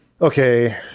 Okay